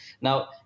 Now